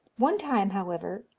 one time, however,